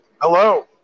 Hello